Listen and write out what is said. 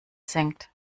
singt